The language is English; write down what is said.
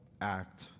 act